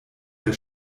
der